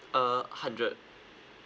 uh hundred